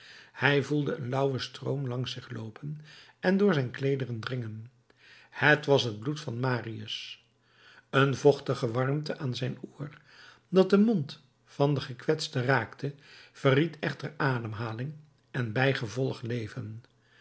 hij voelde een lauwen stroom langs zich loopen en door zijn kleederen dringen het was het bloed van marius een vochtige warmte aan zijn oor dat den mond van den gekwetste raakte verried echter ademhaling en bijgevolg leven